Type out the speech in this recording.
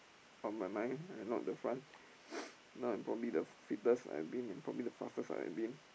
of my mind and not the front now I'm probably the fittest I've been and probably the fastest I've been